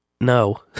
no